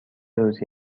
روزی